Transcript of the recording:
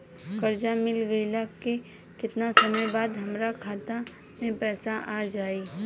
कर्जा मिल गईला के केतना समय बाद हमरा खाता मे पैसा आ जायी?